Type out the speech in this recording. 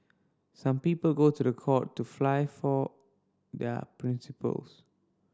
some people go to the court to fight for their principles